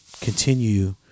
continue